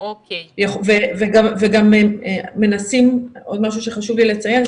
עוד משהו שחשוב לי לציין,